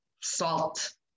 salt